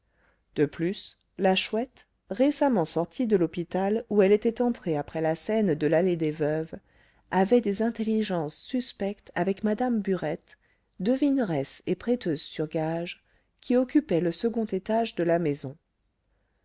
de plus la chouette récemment sortie de l'hôpital où elle était entrée après la scène de l'allée des veuves avait des intelligences suspectes avec mme burette devineresse et prêteuse sur gages qui occupait le second étage de la maison